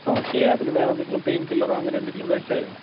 ആ ഓക്കേ അതിന് വേറെന്തെങ്കിലും പേയ്ൻ കില്ലറോ അങ്ങനെയെന്തെങ്കിലും കഴിച്ചായിരുന്നുവോ